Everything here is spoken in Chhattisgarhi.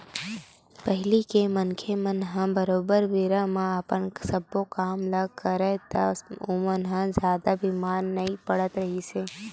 पहिली के मनखे मन ह बरोबर बेरा म अपन सब्बो काम ल करय ता ओमन ह जादा बीमार नइ पड़त रिहिस हे